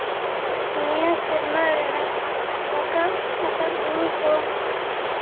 ᱱᱤᱭᱟᱹ ᱥᱮᱨᱢᱟ ᱨᱮᱭᱟᱜ ᱨᱟᱠᱟᱵ ᱟᱠᱟᱫ ᱦᱩᱲᱩ ᱠᱚ